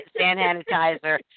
sanitizer